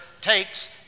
takes